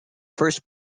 first